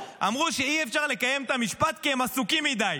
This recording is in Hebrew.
שאי-אפשר לקיים את המשפט כי הם עסוקים מדי.